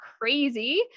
crazy